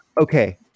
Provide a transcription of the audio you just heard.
okay